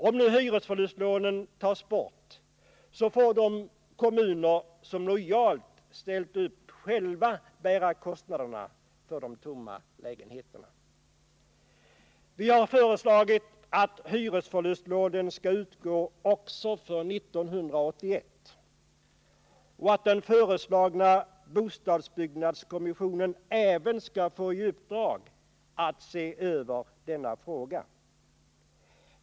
Om nu hyresförlustlånen tas bort, får de kommuner som lojalt ställt upp själva bära kostnaderna för de tomma lägenheterna. Vi har föreslagit att hyresförlustlånen skall utgå också för 1981 och att den föreslagna bostadsbyggnadskommissionen även skall få i uppdrag att se över denna fråga.